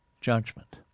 judgment